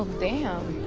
damn.